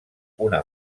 una